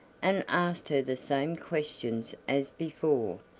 and asked her the same questions as before,